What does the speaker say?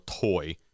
toy